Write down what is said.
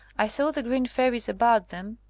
i saw the green fairies about them.